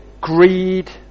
greed